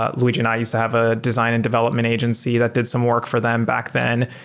ah luigi and i used to have a design and development agency that did some work for them back then.